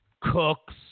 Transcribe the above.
cooks